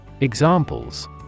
Examples